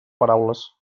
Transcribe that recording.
paraules